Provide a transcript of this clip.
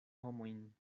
homojn